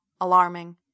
alarming